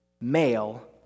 male